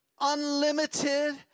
unlimited